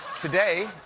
today,